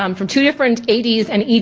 um from two different ad's and ed's,